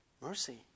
mercy